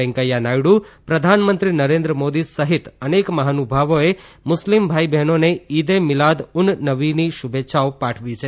વેંકૈયા નાયડુ પ્રધાનમંત્રી નરેન્દ્ર મોદી સહિત અનેક મહાનુભાવોએ મુસ્લીમ ભાઈઓ બહેનોને ઇદે મિલાદ ઉન નબીની શૃભેચ્છાઓ પાઠવી છે